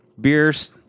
beers